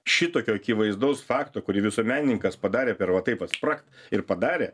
šitokio akivaizdaus fakto kurį visuomenininkas padarė per va taip va spragt ir padarė